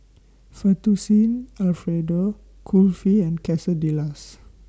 Fettuccine Alfredo Kulfi and Quesadillas